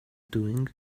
doing